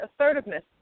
assertiveness